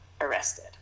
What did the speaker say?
arrested